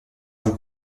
vous